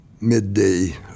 midday